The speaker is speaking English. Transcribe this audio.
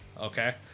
Okay